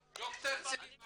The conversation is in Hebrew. --- ד"ר צבי מימון בבקשה.